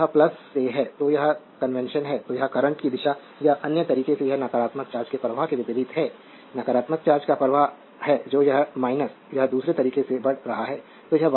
तो यह से है तो यह कन्वेंशन है तो यह करंट की दिशा या अन्य तरीके से यह नकारात्मक चार्ज के प्रवाह के विपरीत है यह नकारात्मक चार्ज का प्रवाह है जो यह है यह दूसरे तरीके से बढ़ रहा है